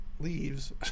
leaves